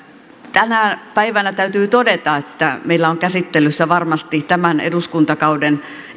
tänä päivänä täytyy todeta että meillä on käsittelyssä varmasti tämän eduskuntakauden